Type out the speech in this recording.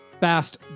fast